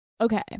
Okay